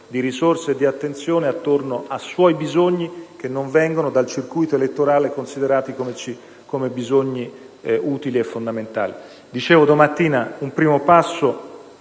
di risorse e di attenzione attorno a suoi bisogni che non vengono dal circuito elettorale considerati come utili e fondamentali.